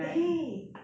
eh